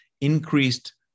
increased